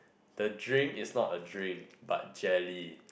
the drink is not a drink but jelly